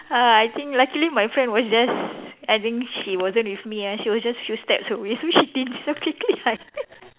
ah I think luckily my friend was just I think she wasn't with me ah she was just few steps away so she didn't so quickly I